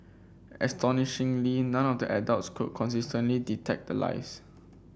astonishingly none of the adults could consistently detect the lies